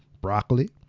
broccoli